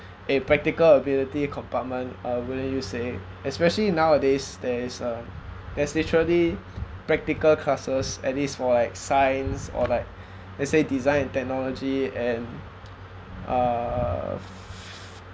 a practical ability compartment uh will you say especially nowadays there is uh there's literally practical classes at least for like science or like let's say design and technology and err